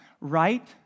right